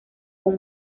con